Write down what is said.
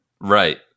right